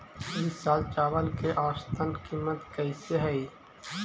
ई साल चावल के औसतन कीमत कैसे हई?